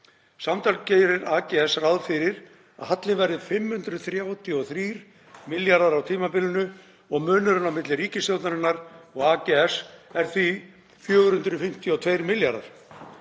Samtals gerir AGS ráð fyrir að hallinn verði 533 milljarðar á tímabilinu. Munurinn á milli ríkisstjórnarinnar og AGS er því 452 milljarðar.